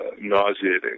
nauseating